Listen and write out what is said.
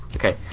Okay